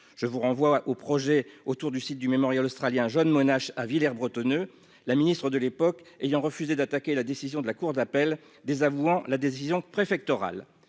je vous renvoie au projet autour du site du Mémorial australien John Monash à Villers-Bretonneux la Ministre de l'époque, ayant refusé d'attaquer la décision de la cour d'appel, désavouant la décision préfectorale,